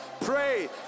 Pray